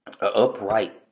upright